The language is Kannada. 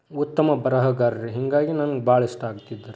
ಉತ್ತಮ ಬರಹಗಾರ ರೀ ಹೀಗಾಗಿ ನಂಗೆ ಭಾಳ ಇಷ್ಟ ಆಗ್ತಿದ್ದರು